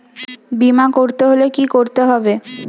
বিমা করতে হলে কি করতে হবে?